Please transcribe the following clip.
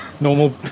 Normal